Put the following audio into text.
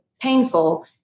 painful